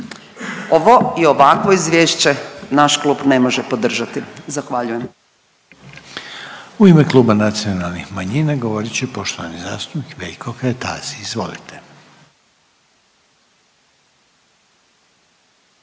Ovo i ovakvo izvješće naš klub ne može podržati, zahvaljujem. **Reiner, Željko (HDZ)** U ime Kluba nacionalnih manjina govorit će poštovani zastupnik Veljko Kajtazi, izvolite.